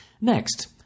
Next